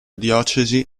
diocesi